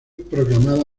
proclamada